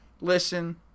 Listen